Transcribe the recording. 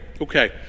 Okay